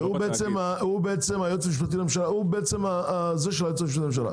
והוא בעצם היועץ המשפטי לממשלה הזה של היועץ המשפטי לממשלה.